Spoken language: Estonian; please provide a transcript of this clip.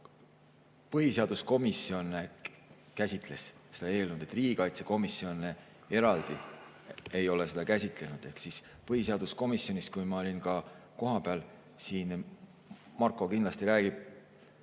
Põhiseaduskomisjon käsitles seda eelnõu, riigikaitsekomisjon eraldi ei ole seda käsitlenud. Põhiseaduskomisjonis, kui ma olin kohal – siin Marko kindlasti räägib